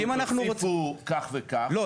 אין לי בעיה שתגידו תוסיפו כך וכך --- לא,